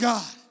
God